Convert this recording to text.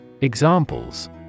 Examples